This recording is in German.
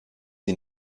die